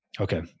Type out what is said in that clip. Okay